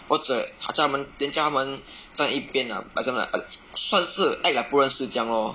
或者好叫他们 then 叫他们站一边 lah example like 算是 act like 不认识这样 loh